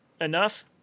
enough